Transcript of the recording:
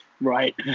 Right